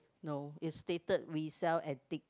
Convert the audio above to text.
no is stated we sell antique